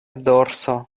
dorso